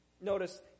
Notice